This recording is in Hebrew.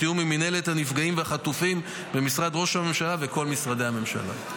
בתיאום עם מינהלת הנפגעים והחטופים במשרד ראש הממשלה וכל משרדי הממשלה.